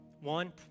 One